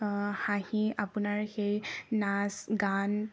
হাঁহি আপোনাৰ সেই নাচ গান